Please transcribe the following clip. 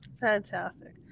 Fantastic